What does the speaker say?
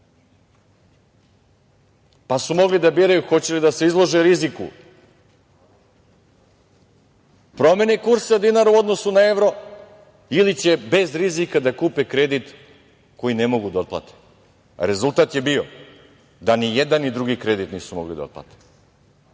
pa su mogli da biraju hoće li da se izlože riziku promene kursa dinara u odnosu na evro ili će bez rizika da kupe kredit koji ne mogu da otplate. Rezultat je bio da ni jedan, ni drugi kredit nisu mogli da otplate,